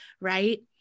Right